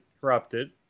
corrupted